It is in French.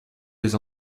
des